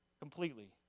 completely